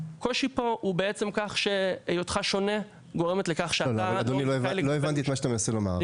לא הבנתי את מה שאתה מנסה לומר.